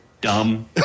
dumb